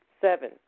Seven